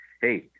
hey